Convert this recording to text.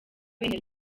bene